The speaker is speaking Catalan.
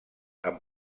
amb